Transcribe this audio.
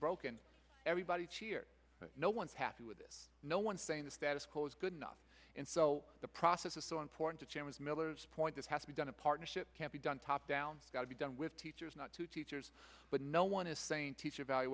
broken everybody cheered no one is happy with this no one saying the status quo is good enough and so the process is so important to changes miller's point this has to be done a partnership can't be done top down to be done with teachers not to teachers but no one is saying teacher evalu